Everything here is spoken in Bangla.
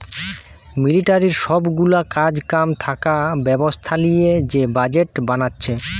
মিলিটারির সব গুলা কাজ কাম থাকা ব্যবস্থা লিয়ে যে বাজেট বানাচ্ছে